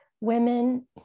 women